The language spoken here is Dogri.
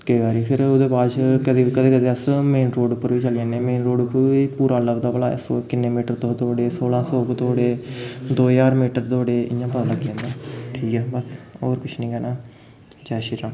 केईं बारी फिर ओह्दे बाद च कदें कदें कदें अस मेन रोड़ उप्पर बी चली जन्नें मेन रोड़ उप्पर बी पूरा लभदा भला अस किन्ने मीटर तुस दौड़े सोलां सौ तुस दौड़े दो ज्हार मीटर दौड़े इ'यां पता लग्गी जंदा ठीक ऐ बस होर कुछ निं कैह्ना जै श्री राम